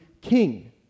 king